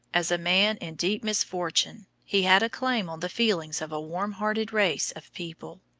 as a man in deep misfortune, he had a claim on the feelings of a warm-hearted race of people.